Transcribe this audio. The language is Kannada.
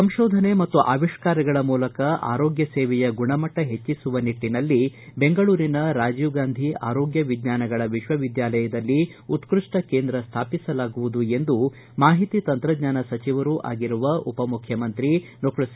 ಸಂಶೋಧನೆ ಮತ್ತು ಆವಿಷ್ಕಾರಗಳ ಮೂಲಕ ಆರೋಗ್ಯ ಸೇವೆಯ ಗುಣಮಟ್ಟ ಹೆಚ್ಚಿಸುವ ನಿಟ್ಟನಲ್ಲಿ ಬೆಂಗಳೂರಿನ ರಾಜೀವ ಗಾಂಧಿ ಆರೋಗ್ಯ ವಿಜ್ಞಾನಗಳ ವಿಶ್ವವಿದ್ಯಾಲಯದಲ್ಲಿ ಉತ್ಕೃಷ್ಣ ಕೇಂದ್ರ ಸ್ಥಾಪಿಸಲಾಗುವುದು ಎಂದು ಮಾಹಿತಿ ತಂತ್ರಜ್ಞಾನ ಸಚಿವರೂ ಆಗಿರುವ ಉಪಮುಖ್ಯಮಂತ್ರಿ ಡಾಕ್ಟರ್ ಸಿ